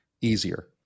easier